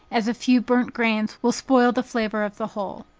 as a few burnt grains will spoil the flavor of the whole.